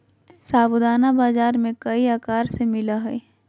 साबूदाना बाजार में कई आकार में मिला हइ